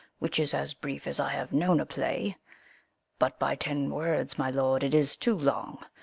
which is as brief as i have known a play but by ten words, my lord, it is too long,